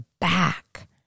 back